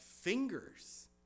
fingers